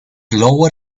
lower